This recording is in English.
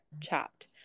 chopped